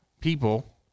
people